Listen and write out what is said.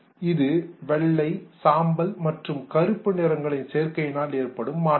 இது வெள்ளை சாம்பல் மற்றும் கருப்பு நிறங்களின் சேர்க்கையினால் ஏற்படும் மாற்றம்